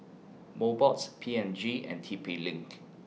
Mobots P and G and T P LINK